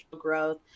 growth